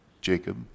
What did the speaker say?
Jacob